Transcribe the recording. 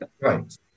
Right